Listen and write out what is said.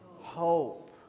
hope